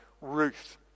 Ruth